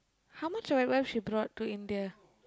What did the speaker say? how much wet wipe she brought to India